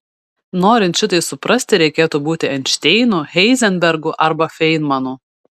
norint šitai suprasti reikėtų būti einšteinu heizenbergu arba feinmanu